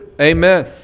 Amen